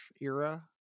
era